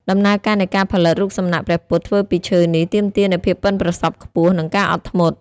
ដំណើរការនៃការផលិតរូបសំណាកព្រះពុទ្ធធ្វើពីឈើនេះ ទាមទារនូវភាពប៉ិនប្រសប់ខ្ពស់ និងការអត់ធ្មត់។